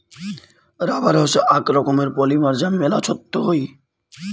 rubber হসে আক রকমের পলিমার যা মেলা ছক্ত হই